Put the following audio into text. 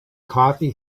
coffee